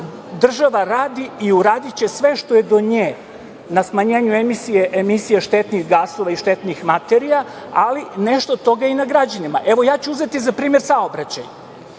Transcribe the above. država radi i uradiće sve što je do nje na smanjenju emisije štetnih gasova i materija, ali nešto od toga je i na građanima. Uzeću za primer saobraćaj.